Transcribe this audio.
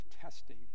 testing